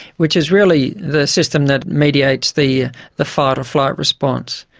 which is really the system that mediates the the fight or flight response.